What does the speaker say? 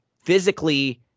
Physically